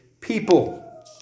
people